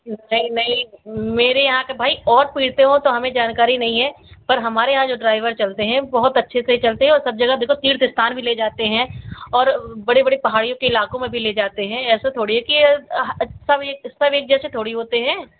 नहीं नहीं मेरे यहाँ के भई और पीते हो तो हमें जानकारी नहीं है पर हमारे यहाँ जो ड्राइवर चलते हैं बहुत अच्छे से चलते हैं और सब जगह देखो तीर्थ स्थान भी ले जाते हैं और बड़े बड़े पहाड़ियों के इलाके में भी ले जाते हैं ऐसे थोड़ी है कि सब एक सब एक जैसे थोड़ी होते हैं